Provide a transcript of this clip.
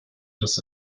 des